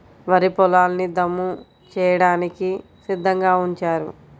వరి పొలాల్ని దమ్ము చేయడానికి సిద్ధంగా ఉంచారు